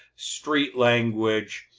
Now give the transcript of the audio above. street language,